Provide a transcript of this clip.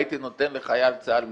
הייתי נותן לחייל צה"ל משוחרר,